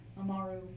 Amaru